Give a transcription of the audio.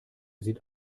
sieht